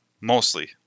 mostly